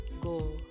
go